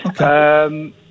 Okay